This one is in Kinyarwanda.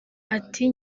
ati